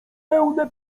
pełne